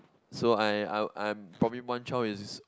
so I I will I'm probably one child is